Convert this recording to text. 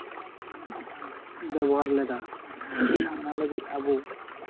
ᱵᱮᱵᱚᱦᱟᱨ ᱞᱮᱫᱟ ᱚᱱᱟ ᱞᱟᱹᱜᱤᱫ ᱟᱵᱚ